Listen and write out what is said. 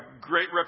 great